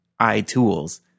iTools